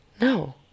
No